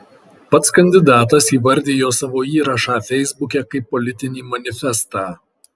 pats kandidatas įvardijo savo įrašą feisbuke kaip politinį manifestą